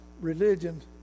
religion